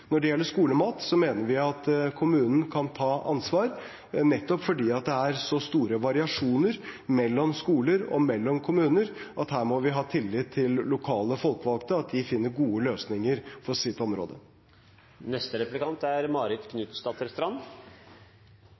Når det gjelder skolemat, mener vi at kommunen kan ta ansvar, nettopp fordi det er så store variasjoner mellom skoler og mellom kommuner at her må vi ha tillit til at lokale folkevalgte finner gode løsninger på sitt område. Alle er